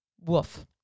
woof